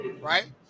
Right